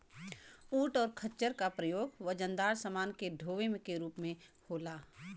ऊंट और खच्चर का प्रयोग वजनदार समान के डोवे के रूप में होला